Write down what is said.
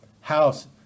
house